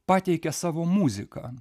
pateikė savo muziką